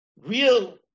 real